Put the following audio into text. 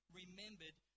remembered